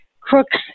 crooks